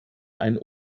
einen